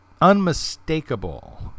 unmistakable